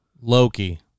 loki